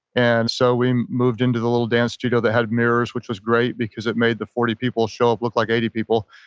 and so we moved into the little dance studio that had mirrors which was great because it made the forty people show up, look like eighty people.